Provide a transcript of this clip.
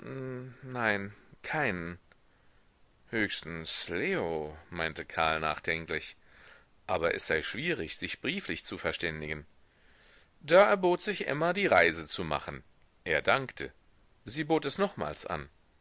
nein keinen höchstens leo meinte karl nachdenklich aber es sei schwierig sich brieflich zu verständigen da erbot sich emma die reise zu machen er dankte sie bot es nochmals an